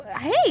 Hey